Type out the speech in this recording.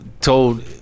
told